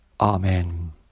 Amen